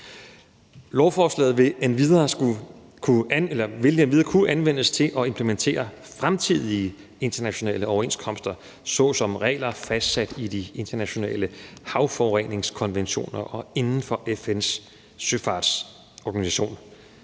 Lovforslaget vil endvidere kunne anvendes til at implementere fremtidige internationale overenskomster såsom regler fastsat i de internationale havforureningskonventioner og inden for FN's søfartsorganisation.